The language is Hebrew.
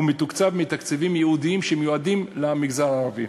והוא מתוקצב מתקציבים ייעודיים למגזר הערבי.